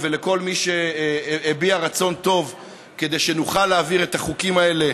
ולכל מי שהביע רצון טוב כדי שנוכל להעביר את החוקים האלה